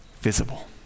visible